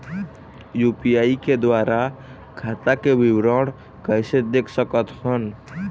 UPI के द्वारा खाता के विवरण कैसे देख सकत हन?